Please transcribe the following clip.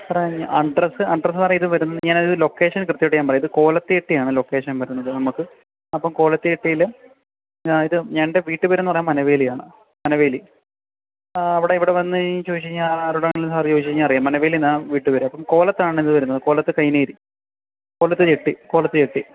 സാറേ address address സാറെ ഇത് വരുന്നത് ഞാൻ അത് ലൊക്കേഷൻ കൃത്യമായിട്ട് ഞാൻ പറയാം ഇത് കോലത്ത് ജെട്ടി ആണ് ലൊക്കേഷൻ വരുന്നത് നമുക്ക് അപ്പം കോലത്ത് ജെട്ടിയിൽ ഇത് ഞാൻ എൻ്റെ വീട്ട് പേരെന്ന് പറഞ്ഞാൽ മനവേലിയാണ് മനവേലി അവിടെ ഇവിടെ വന്നു കഴിഞ്ഞു ചോദിച്ചു കഴിഞ്ഞാൽ ആരോടാണെങ്കിലും അത് ചോദിച്ചു കഴിഞ്ഞാൽ അറിയാം മനവേലി എന്നാണ് വീട്ടു പേര് അപ്പം കോലത്ത് ജെട്ടിയാണ് ഇത് വരുന്നത് കോലത്ത് കൈനേരി കോലത്ത് ജെട്ടി കോലത്ത് ജെട്ടി